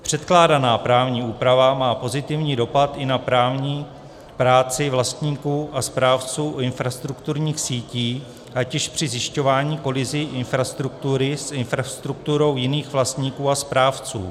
Předkládaná právní úprava má pozitivní dopad i na právní práci vlastníků a správců infrastrukturních sítí, ať již při zjišťování kolizí infrastruktury s infrastrukturou jiných vlastníků a správců.